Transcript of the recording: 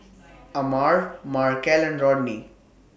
Amare Markel and Rodney